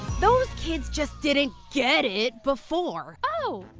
those kids just didn't get it before. oh!